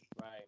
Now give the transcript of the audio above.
Right